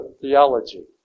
theology